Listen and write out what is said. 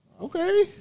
Okay